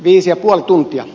viisi ja puoli tuntia